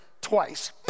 twice